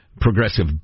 progressive